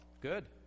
Good